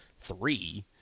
three